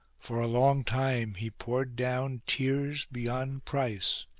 for a long time he poured down tears beyond price,